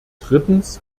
drittens